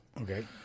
Okay